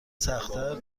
سختتر